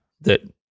that-